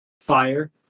fire